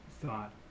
thought